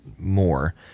more